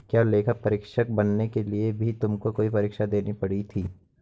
क्या लेखा परीक्षक बनने के लिए भी तुमको कोई परीक्षा देनी पड़ी थी?